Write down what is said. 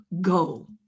go